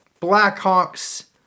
Blackhawks